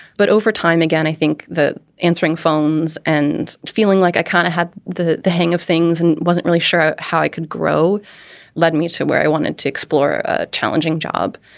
but over time, again, i think the answering phones and feeling like i kind of had the the hang of things and wasn't really sure how i could grow led me to where i wanted to explore ah challenging job.